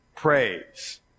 Praise